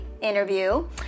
interview